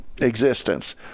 existence